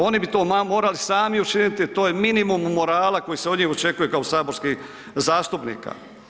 Oni bi to morali sami učiniti, to je minimum morala koji se ovdje očekuje kao saborskih zastupnika.